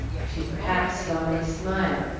she perhaps saw me smile.